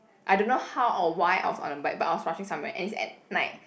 I don't know how or why I was on a bike but I was rushing somewhere and it's at night